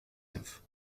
neuf